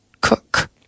cook